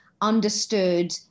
understood